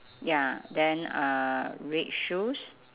ya then uh red shoes